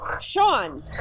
Sean